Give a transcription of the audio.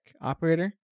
operator